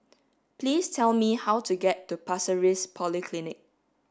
please tell me how to get to Pasir Ris Polyclinic